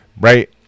right